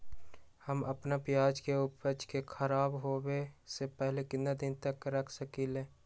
हम अपना प्याज के ऊपज के खराब होबे पहले कितना दिन तक रख सकीं ले?